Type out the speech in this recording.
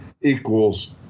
equals